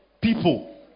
people